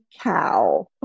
cow